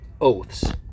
Oaths